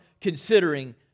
considering